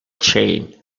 chain